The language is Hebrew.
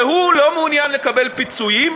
והוא לא מעוניין לקבל פיצויים,